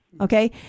Okay